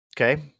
okay